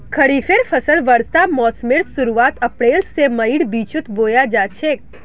खरिफेर फसल वर्षा मोसमेर शुरुआत अप्रैल से मईर बिचोत बोया जाछे